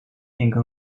变更